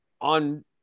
on –